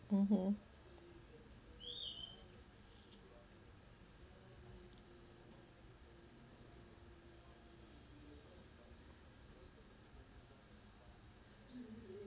mmhmm